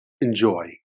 enjoy